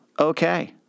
okay